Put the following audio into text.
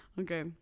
Okay